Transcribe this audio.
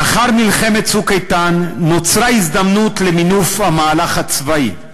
לאחר מלחמת "צוק איתן" נוצרה הזדמנות למינוף המהלך הצבאי,